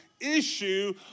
issue